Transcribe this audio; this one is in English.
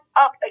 up